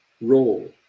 role